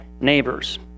neighbors